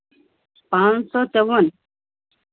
पाँच सौ चौबन